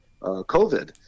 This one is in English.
COVID